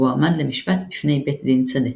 והועמד למשפט בפני בית דין שדה.